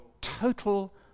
total